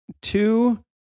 Two